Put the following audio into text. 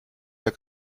der